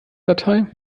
datei